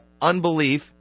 unbelief